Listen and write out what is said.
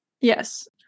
Yes